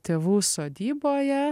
tėvų sodyboje